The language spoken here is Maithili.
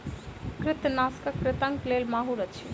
कृंतकनाशक कृंतकक लेल माहुर अछि